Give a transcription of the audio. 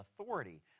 authority